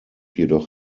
jedoch